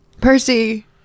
Percy